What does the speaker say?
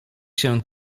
się